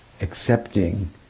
accepting